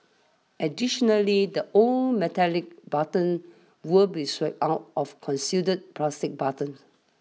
additionally the old metallic buttons will be swapped out of concealed plastic buttons